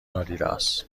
آدیداس